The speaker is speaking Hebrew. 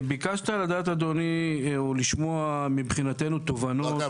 ביקשת לדעת או לשמוע מבחינתו תובנות -- אגב,